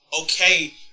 okay